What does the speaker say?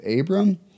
Abram